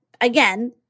again